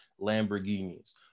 Lamborghinis